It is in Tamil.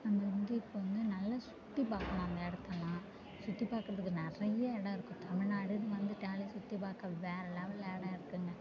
அங்கே வந்து இப்போ வந்து நல்லா சுற்றி பார்க்கலாம் அந்த இடத்தெல்லாம் சுற்றி பார்க்கறதுக்கு நிறைய இடம் இருக்கு தமிழ்நாடுன்னு வந்துவிட்டாலே சுற்றி பார்க்க வேறு லெவலில் இடம் இருக்குங்க